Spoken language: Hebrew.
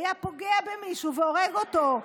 היה פוגע במישהו והורג אותו.